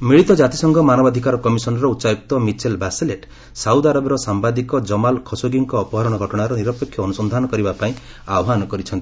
Khashoggi ମିଳିତ ଜାତିସଂଘ ମାନବାଧିକାର କମିଶନ୍ ର ଉଚ୍ଚାୟୁକ୍ତ ମିଚେଲ ବାସେଲେଟ୍ ସାଉଦ ଆରବର ସାମ୍ଘାଦିକ ଜମାଲ୍ ଖସୋଗିଙ୍କ ଅପହରଣ ଘଟଣାର ନିରପେକ୍ଷ ଅନୁସନ୍ଧାନ କରିବାପାଇଁ ଆହ୍ୱାନ କରିଛନ୍ତି